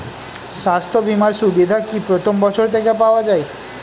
স্বাস্থ্য বীমার সুবিধা কি প্রথম বছর থেকে পাওয়া যায়?